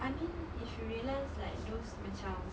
I mean if you realize like those macam